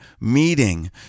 meeting